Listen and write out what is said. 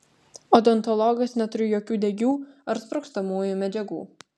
odontologas neturi jokių degių ar sprogstamųjų medžiagų